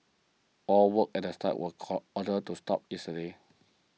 all work at the site was call ordered to stop yesterday